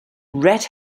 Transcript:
red